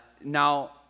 now